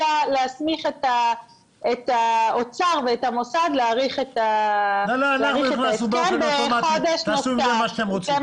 אלא להסמיך את האוצר ואת המוסד להאריך את ההסכם בחודש נוסף.